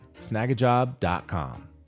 snagajob.com